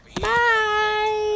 Bye